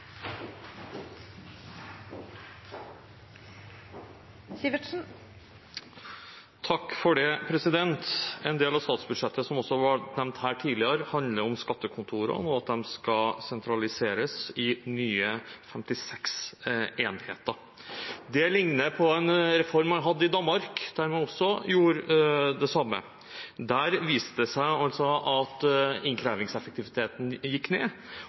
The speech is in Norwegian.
statsbudsjettet, som det også ble nevnt her tidligere, handler om skattekontorene og at de skal sentraliseres i nye 56 enheter. Det ligner på en reform man hadde i Danmark, der man gjorde det samme. Der viste det seg at innkrevingseffektiviteten gikk ned,